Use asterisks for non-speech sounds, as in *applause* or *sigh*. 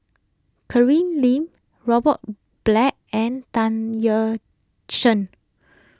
*unintelligible* Lim Robert Black and Tan Yeok Seong